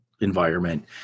environment